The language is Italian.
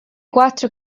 quattro